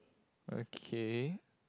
okay